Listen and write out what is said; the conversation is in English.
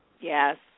Yes